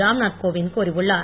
ராம்நாத் கோவிந்த் கூறியுள்ளார்